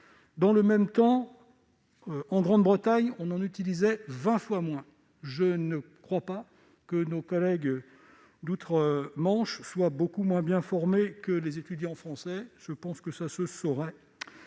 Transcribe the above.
Dans le même temps, en Grande-Bretagne, on en utilisait vingt fois moins. Si nos collègues d'outre-Manche étaient beaucoup moins bien formés que les étudiants français, cela se saurait